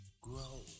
grow